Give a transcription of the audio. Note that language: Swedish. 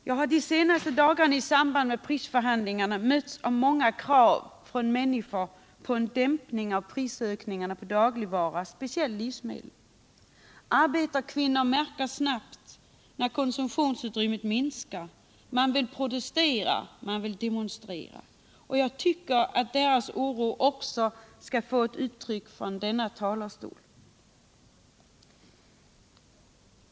Jag har de senaste dagarna i samband med prisförhandlingarna mötts av många krav på en dämpning av prisökningarna på dagligvaror, speciellt livsmedel. Arbetarkvinnor märker snabbt när konsumtionsutrymmet minskar. De vill protestera och demonstrera. Även deras oro bör få komma till uttryck från denna talarstol.